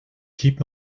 keep